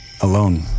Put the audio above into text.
alone